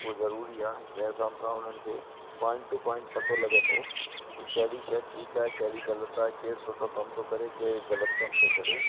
उहे ज़रूरी आहे जंहिं हिसाब सां उन्हनि खे पॉइंट टू पॉइंट पतो लॻंदो की कहिड़ी शइ ठीकु आहे कहिड़ी शइ ग़लति आहे केरु सुठो कमु थो करे केरु ग़लति कमु थो करे